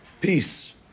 peace